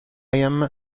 liam